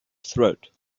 throat